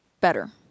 better